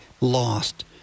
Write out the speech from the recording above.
lost